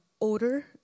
odor